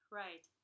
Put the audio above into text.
right